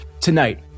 Tonight